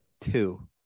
Two